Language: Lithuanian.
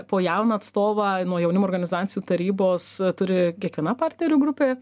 po jauną atstovą nuo jaunimo organizacijų tarybos turi kiekviena partnerių grupė